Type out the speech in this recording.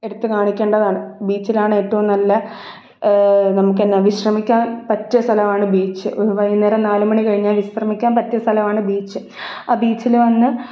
എടുത്തു കാണിക്കേണ്ടതാണ് ബീച്ചിലാണേറ്റവും നല്ല നമുക്കെന്ന വിശ്രമിക്കാൻ പറ്റിയ സ്ഥലമാണ് ബീച്ച് വൈകുന്നേരം നാലുമണി കഴിഞ്ഞാൽ വിശ്രമിക്കാൻ പറ്റിയ സ്ഥലമാണ് ബീച്ച് ആ ബീച്ചിൽ വന്ന്